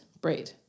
braid